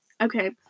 Okay